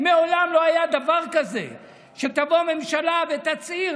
מעולם לא היה דבר כזה שתבוא ממשלה ותצהיר,